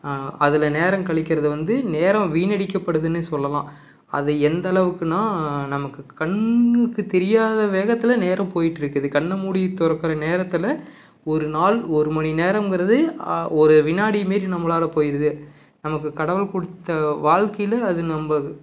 அதில் நேரம் கழிக்கிறது வந்து நேரம் வீணடிக்கப்படுதுன்னு சொல்லலாம் அதை எந்தளவுக்குனா நமக்கு கண்ணுக்கு தெரியாத வேகத்தில் நேரம் போயிட்டுருக்குது கண்ணை மூடி திறக்குற நேரத்தில் ஒரு நாள் ஒரு மணி நேரங்கிறது ஒரு வினாடி மாரி நம்மளால் போயிருது நமக்கு கடவுள் கொடுத்த வாழ்க்கையில் அது நம்ம